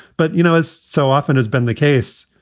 but, you know, as so often has been the case,